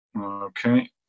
Okay